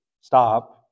stop